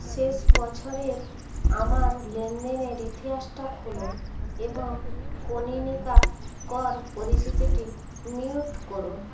শেষ বছরের আমার লেনদেনের ইতিহাসটা খুলুন এবং কনীনিকা কর পরিচিতিটি মিউট করুন